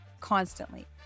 constantly